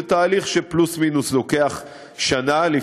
זה תהליך שלוקח שנה פלוס-מינוס.